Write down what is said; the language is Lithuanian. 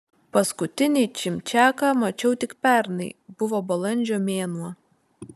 paskutinį čimčiaką mačiau tik pernai buvo balandžio mėnuo